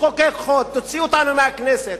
תחוקק חוק, תוציא אותנו מהכנסת.